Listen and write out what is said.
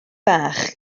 bach